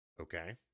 Okay